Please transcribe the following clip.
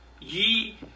ye